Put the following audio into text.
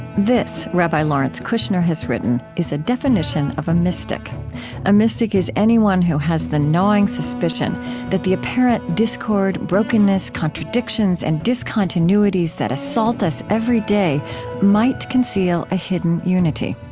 this, rabbi lawrence kushner has written, is a definition of a mystic a mystic is anyone who has the gnawing suspicion that the apparent discord, brokenness, contradictions, and discontinuities that assault us every day might conceal a hidden unity.